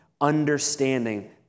understanding